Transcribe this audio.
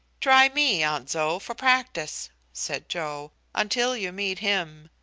try me, aunt zoe, for practice, said joe, until you meet him.